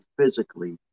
physically